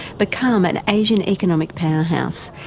become an asian economic powerhouse,